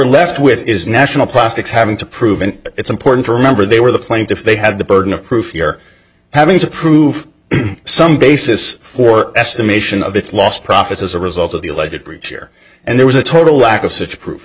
left with is national plastics having to prove and it's important to remember they were the plaintiff they have the burden of proof they are having to prove some basis for estimation of its lost profits as a result of the alleged breach here and there was a total lack of such proof